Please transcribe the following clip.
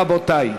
רבותי,